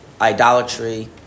idolatry